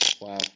Wow